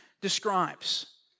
describes